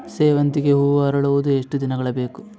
ಸೇವಂತಿಗೆ ಹೂವು ಅರಳುವುದು ಎಷ್ಟು ದಿನಗಳು ಬೇಕು?